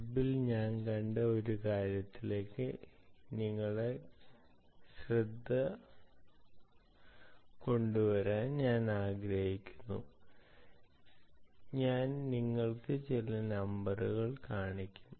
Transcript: വെബിൽ ഞാൻ കണ്ട ഒരു കാര്യത്തിലേക്ക് നിങ്ങളെ ചൂണ്ടിക്കാണിക്കാൻ ഞാൻ ആഗ്രഹിക്കുന്നു ഞാൻ നിങ്ങൾക്ക് ചില നമ്പറുകൾ കാണിക്കും